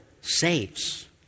saves